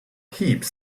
heaps